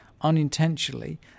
unintentionally